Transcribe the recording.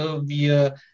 wir